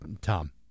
Tom